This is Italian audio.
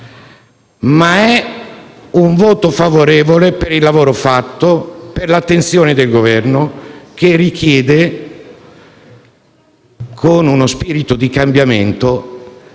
nostro voto è favorevole per il lavoro fatto, per l'attenzione del Governo il quale, con spirito di cambiamento,